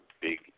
big